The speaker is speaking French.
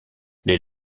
les